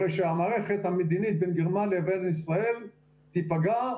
הרי שהמערכת המדינית בין גרמניה לבין ישראל תיפגע,